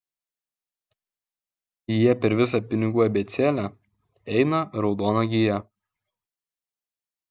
jie per visą pinigų abėcėlę eina raudona gija